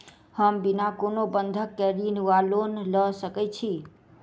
हम बिना कोनो बंधक केँ ऋण वा लोन लऽ सकै छी?